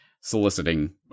soliciting